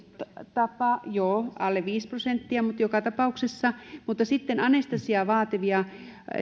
tapaa joo alle viisi prosenttia mutta joka tapauksessa mutta anestesiaa vaativia